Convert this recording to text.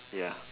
ya